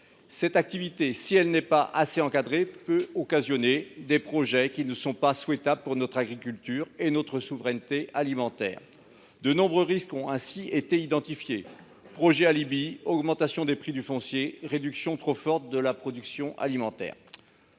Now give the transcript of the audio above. cette activité, si elle n’est pas assez encadrée, peut occasionner des projets dommageables pour notre agriculture et notre souveraineté alimentaire. De nombreux risques ont ainsi été identifiés : projets alibis, augmentation des prix du foncier, ou encore réduction trop forte de la production alimentaire.